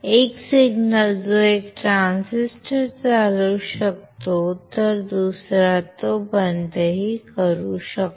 एक सिग्नल जो एक ट्रान्झिस्टर चालू करतो तो दुसरा बंद करतो